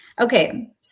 okay